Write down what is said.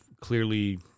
clearly